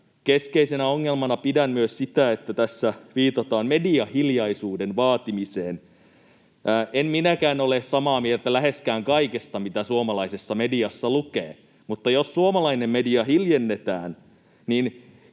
keskeisenä ongelmana pidän myös sitä, että tässä viitataan mediahiljaisuuden vaatimiseen. En minäkään ole samaa mieltä läheskään kaikesta, mitä suomalaisessa mediassa lukee, mutta jos suomalainen media hiljennetään, niin